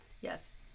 Yes